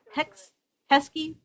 Hesky